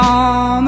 on